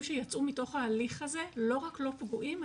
שיצאו מתוך ההליך הזה לא רק לא פגועים,